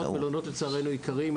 כי לצערנו מלונות יקרים.